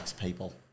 people